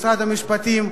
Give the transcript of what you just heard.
משרד המשפטים.